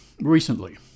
recently